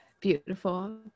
beautiful